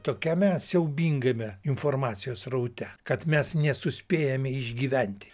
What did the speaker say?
tokiame siaubingame informacijos sraute kad mes nesuspėjame išgyventi